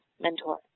mentor